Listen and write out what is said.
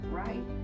right